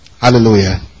Hallelujah